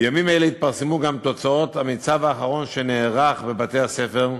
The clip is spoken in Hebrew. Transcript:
בימים אלה התפרסמו גם תוצאות המיצ"ב האחרון שנערך בבתי-הספר.